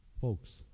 Folks